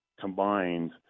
combined